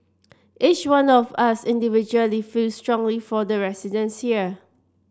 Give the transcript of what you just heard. each one of us individually feel strongly for the residents here